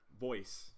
voice